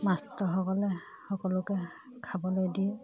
মাষ্টৰসকলে সকলোকে খাবলৈ দিয়ে